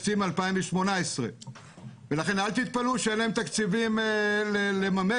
תקציב מ-2018 ולכן אל תתפלאו שאין להם תקציבים לממש